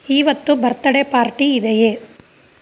ಈವತ್ತು birthday party ಇದೆಯೇ